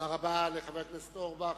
תודה רבה לחבר הכנסת אורבך.